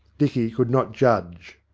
dicky could not judge.